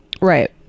Right